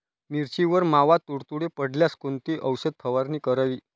मिरचीवर मावा, तुडतुडे पडल्यास कोणती औषध फवारणी करावी?